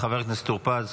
חבר הכנסת טור פז.